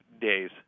days